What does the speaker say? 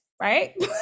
right